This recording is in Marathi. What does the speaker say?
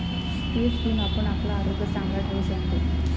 पेज पिऊन आपण आपला आरोग्य चांगला ठेवू शकतव